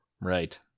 Right